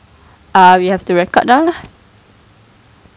um you have to record down ah